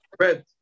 red